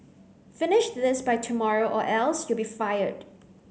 finish this by tomorrow or else you'll be fired